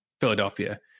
Philadelphia